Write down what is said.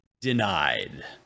denied